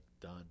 done